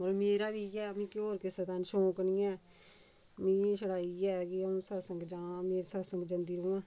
होर मेरा बी इ'यै ऐ मिगी होर किसे दा शौंक नी ऐ मिगी छड़ा इ'यै ऐ कि अ'ऊं सत्संग जा में सत्संग जंदी रवां